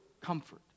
comfort